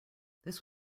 this